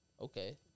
Okay